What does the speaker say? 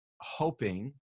hoping